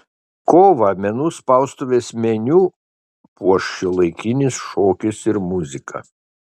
kovą menų spaustuvės meniu puoš šiuolaikinis šokis ir muzika